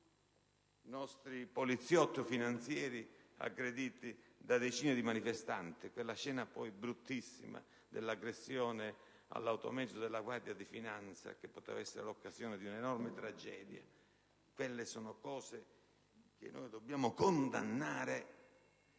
nostri poliziotti o finanzieri, aggrediti da decine di manifestanti: ricordo quella brutta scena dell'aggressione all'automezzo della Guardia di finanza, che poteva essere occasione di un'enorme tragedia. Quelli sono fatti che dobbiamo condannare